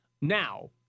Now